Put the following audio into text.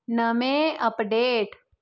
नमें अपडेट